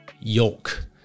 yolk